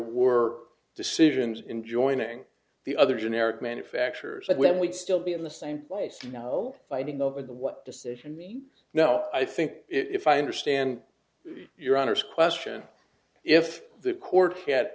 were decisions in joining the other generic manufacturers when we'd still be in the same place no fighting over what decision mean now i think if i understand your honour's question if the court yet